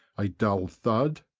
a dull thud,